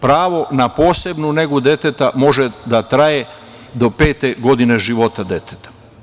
Pravo na posebnu negu deteta može da traje do pete godine života deteta.